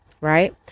Right